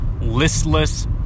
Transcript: listless